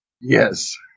Yes